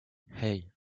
hey